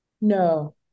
No